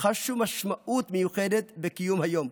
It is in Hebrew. וחשו משמעות מיוחדת בקיום היום.